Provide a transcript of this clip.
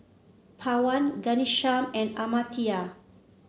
Pawan Ghanshyam and Amartya